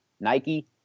Nike